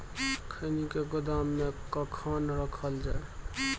खैनी के गोदाम में कखन रखल जाय?